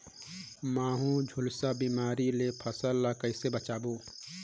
महू, झुलसा बिमारी ले फसल ल कइसे बचाबो?